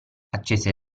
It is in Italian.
accese